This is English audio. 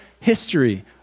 history